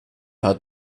hat